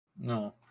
No